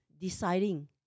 deciding